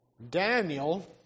Daniel